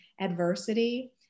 adversity